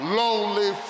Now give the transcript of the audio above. lonely